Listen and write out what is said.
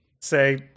Say